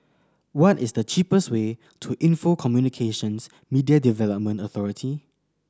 what is the cheapest way to Info Communications Media Development Authority